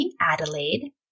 Adelaide